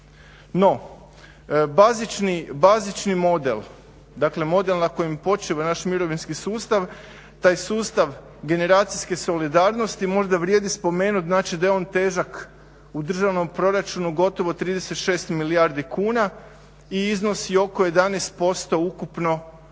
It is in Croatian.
No, bazični model, dakle model na kojem počiva naš mirovinski sustav, taj sustav generacijske solidarnosti možda vrijedi spomenuti znači da je on težak u državnom proračunu gotovo 36 milijardi kuna i iznosi oko 11% ukupno